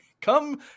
Come